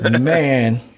Man